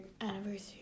anniversary